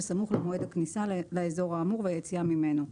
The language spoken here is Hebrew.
בסמוך למועד הכניסה לאזור האמור והיציאה ממנו: